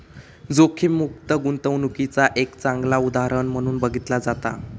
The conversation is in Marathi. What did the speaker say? जोखीममुक्त गुंतवणूकीचा एक चांगला उदाहरण म्हणून बघितला जाता